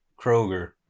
Kroger